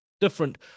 different